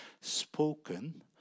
spoken